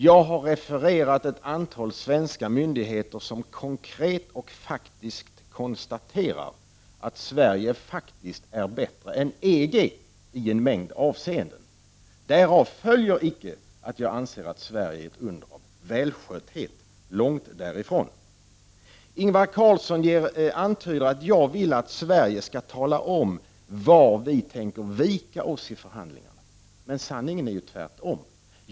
Jag har refererat ett antal svenska myndigheter som konkret och faktiskt konstaterar att Sverige är bättre än EG i många avseenden. Därav följer inte att jag anser att Sverige är ett under av välskötthet, långt därifrån. Ingvar Carlsson antyder att jag vill att Sverige skall tala om var Sverige tänker vika sig vid förhandlingarna. Men sanningen är ju den omvända.